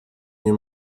nie